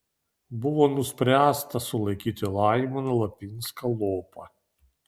buvo nuspręsta sulaikyti laimoną lapinską lopą